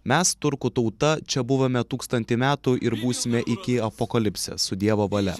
mes turkų tauta čia buvome tūkstantį metų ir būsime iki apokalipsės su dievo valia